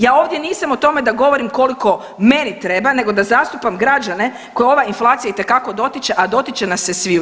Ja ovdje nisam o tome da govorim koliko meni treba nego da zastupam građane koje ova inflacija itekako dotiče, a dotiče nas se sviju.